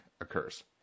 occurs